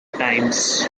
times